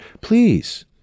Please